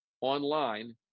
online